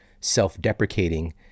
self-deprecating